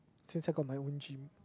since I got my own gym